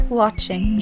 watching